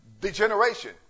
degeneration